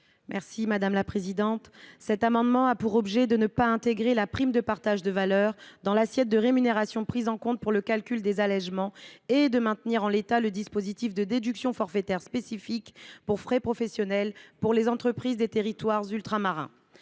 l’amendement n° 668. Cet amendement a pour objet de ne pas intégrer la prime de partage de la valeur dans l’assiette de rémunération prise en compte pour le calcul des allégements et de maintenir en l’état le dispositif de déduction forfaitaire spécifique pour frais professionnels pour les entreprises des territoires ultramarins.